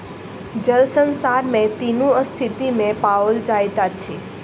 जल संसार में तीनू स्थिति में पाओल जाइत अछि